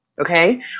Okay